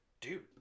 dude